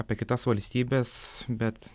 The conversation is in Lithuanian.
apie kitas valstybes bet